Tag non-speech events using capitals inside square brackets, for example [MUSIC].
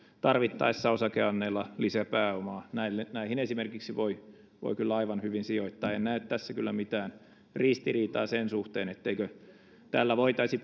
tarvittaessa osakeanneilla lisää pääomaa esimerkiksi näihin voi kyllä aivan hyvin sijoittaa en näe kyllä mitään ristiriitaa sen suhteen etteikö tällä voitaisi [UNINTELLIGIBLE]